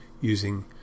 using